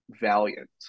Valiant